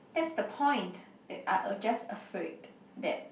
that's the point they are uh just afraid that